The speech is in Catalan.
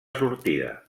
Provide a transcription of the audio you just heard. sortida